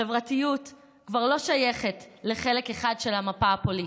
חברתיות כבר לא שייכת לחלק אחד של המפה הפוליטית,